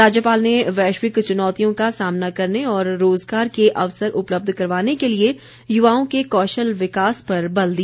राज्यपाल ने वैश्विक चुनौतियों का सामना करने और रोज़गार के अवसर उपलब्ध करवाने के लिए युवाओं के कौशल विकास पर बल दिया